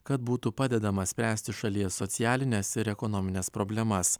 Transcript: kad būtų padedama spręsti šalies socialines ir ekonomines problemas